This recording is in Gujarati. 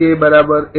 તેથી k ૧